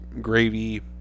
gravy